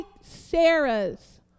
Sarah's